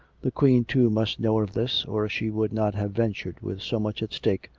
the queen, too, must know of this, or she would not have ventured, with so much at stake,